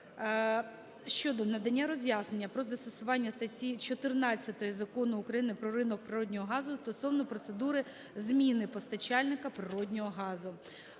щодо надання роз'яснення про застосування статті 14 Закону України "Про ринок природного газу" стосовно процедури зміни постачальника природного газу.